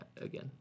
again